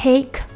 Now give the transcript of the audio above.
Take